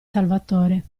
salvatore